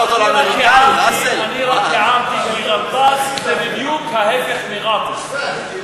אני רק הערתי שגטאס זה בדיוק ההפך מגאטס.